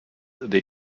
they